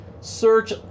search